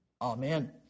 Amen